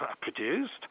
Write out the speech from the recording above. produced